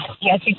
yes